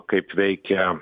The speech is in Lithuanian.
kaip veikia